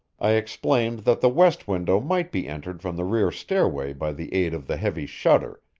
i explained that the west window might be entered from the rear stairway by the aid of the heavy shutter,